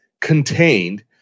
contained